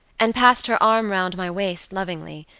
and passed her arm round my waist lovingly,